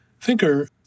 thinker